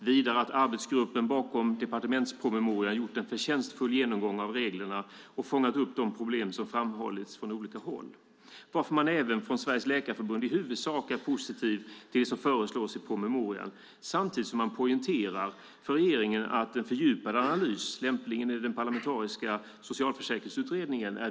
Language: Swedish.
Vidare står det att arbetsgruppen bakom departementspromemorian gjort en förtjänstfull genomgång av reglerna och fångat upp de problem som framhållits från olika håll, varför man även från Sveriges läkarförbund i huvudsak är positiv till det som föreslås i promemorian samtidigt som man poängterar för regeringen att det är viktigt att fortsätta med en fördjupad analys, lämpligen i den parlamentariska Socialförsäkringsutredningen.